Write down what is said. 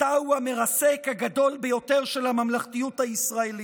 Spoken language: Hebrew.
אתה הוא המרסק הגדול ביותר של הממלכתיות הישראלית,